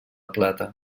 plata